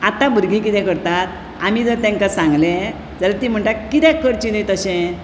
आतां भुरगीं कितें करतात आमी जर तांकां सांगलें जाल्यार ती म्हणटा कित्याक करचें न्हय तशें